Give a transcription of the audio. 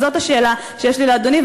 זאת השאלה שיש לי לאדוני.